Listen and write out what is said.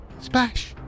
Splash